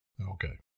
Okay